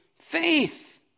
faith